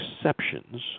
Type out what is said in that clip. exceptions